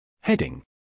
Heading